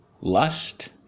Lust